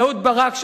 אהוד ברק,